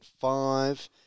five